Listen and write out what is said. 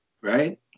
right